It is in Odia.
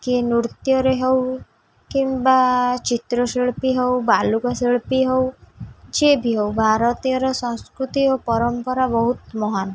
କି ନୃତ୍ୟରେ ହେଉ କିମ୍ବା ଚିତ୍ରଶିଳ୍ପୀ ହଉ ବାଲୁକାଶିଳ୍ପୀ ହଉ ଯିଏ ବି ହଉ ଭାରତୀୟର ସଂସ୍କୃତି ଓ ପରମ୍ପରା ବହୁତ ମହାନ୍